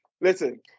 Listen